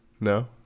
No